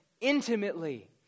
intimately